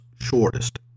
shortest